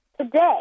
today